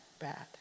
bad